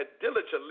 diligently